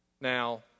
Now